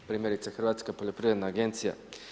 Primjerice Hrvatska poljoprivredna agencija.